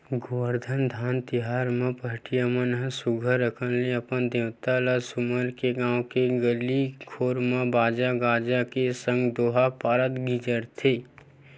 गोबरधन तिहार म पहाटिया मन ह सुग्घर अंकन ले अपन देवता ल सुमर के गाँव के गली घोर म बाजा गाजा के संग दोहा पारत गिंजरथे